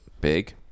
big